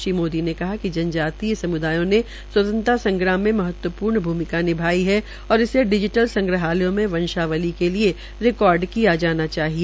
श्री मोदी ने कहा कि जनजातीय सम्दायों ने स्वतंत्रता संग्राम मे महत्वपूर्ण भूमिका निभाई है और इसे डिजिटल संग्रहालयों में वंशावली के लिए रिकार्ड किया जाना चाहिए